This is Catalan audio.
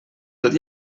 tot